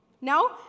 No